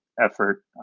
effort